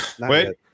Wait